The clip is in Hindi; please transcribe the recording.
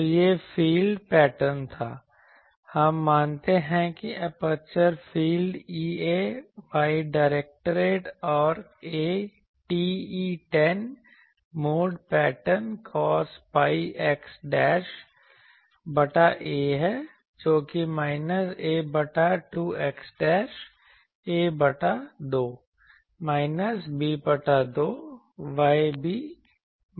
तो यह फील्ड पैटर्न था हम मानते हैं कि aperture field Ea y directed है और TE10 mode pattern cos pi x बटा a है जो कि माइनस a बटा 2 x a बटा 2 माइनस b बटा 2 y b बटा 2 है